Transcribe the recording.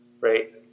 right